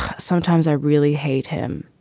sometimes i really hate him.